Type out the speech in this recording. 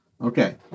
Okay